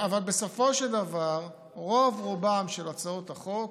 אבל, בסופו של דבר, רוב רובן של הצעות החוק,